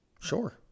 Sure